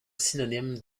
synonyme